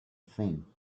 thing